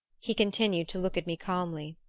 he continued to look at me calmly.